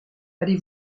allez